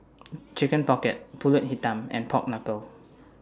Chicken Pocket Pulut Hitam and Pork Knuckle